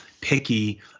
picky